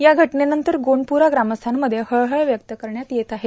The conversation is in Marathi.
या घटनेनंतर गांडपुरा ग्रामस्थांमध्ये हळहळ व्यक्त होत आहे